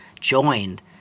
joined